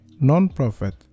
Non-profit